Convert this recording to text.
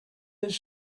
his